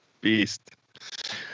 beast